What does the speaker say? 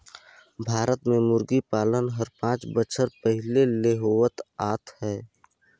भारत में मुरगी पालन हर पांच बच्छर पहिले ले होवत आत हे